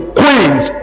queens